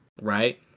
right